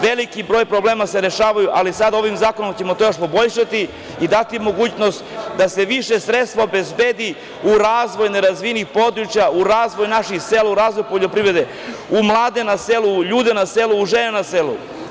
Veliki broj problema se rešava, ali sada ovim zakonom ćemo to još poboljšati i dati mogućnost da se više sredstava obezbedi u razvoj nerazvijenih područja, u razvoj naših sela, u razvoj poljoprivrede, u mlade na selu, u ljude na selu, u žene na selu.